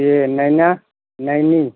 यह नैना नैनी